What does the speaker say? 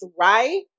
right